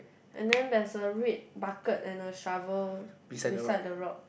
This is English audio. and then there is a red bucket and a shovel beside the rock